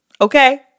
okay